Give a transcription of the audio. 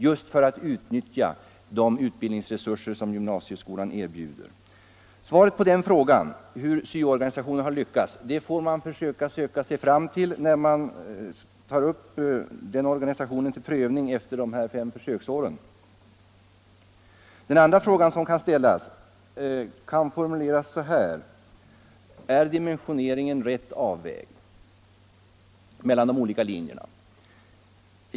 Detta är viktigt för att de utbildningsresurser som gymnasieskolan har skall kunna utnyttjas. Svaret på frågan hur SYO-organisationen har lyckats får man försöka finna när man bedömer organisationen efter de fem försöksåren. En annan fråga kan formuleras så här: Är dimensioneringen mellan de olika linjerna rätt avvägd?